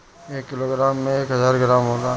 एक किलोग्राम में एक हजार ग्राम होला